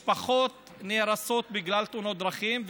משפחות נהרסות בגלל תאונות דרכים,